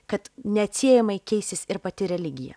kad neatsiejamai keisis ir pati religija